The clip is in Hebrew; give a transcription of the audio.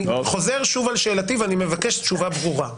אני חוזר שוב על שאלתי ואני מבקש תשובה ברורה.